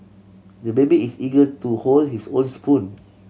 the baby is eager to hold his own spoon